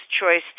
choice